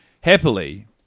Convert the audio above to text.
Happily